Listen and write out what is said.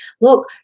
look